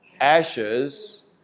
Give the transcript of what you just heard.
Ashes